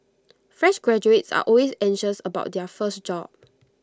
fresh graduates are always anxious about their first job